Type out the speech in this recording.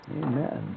Amen